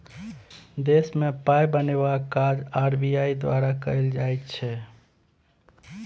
देशमे पाय बनेबाक काज आर.बी.आई द्वारा कएल जाइ छै